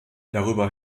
darüber